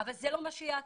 אבל זה לא מה שיעכב.